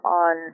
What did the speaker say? on